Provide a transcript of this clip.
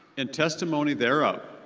and testimony thereof,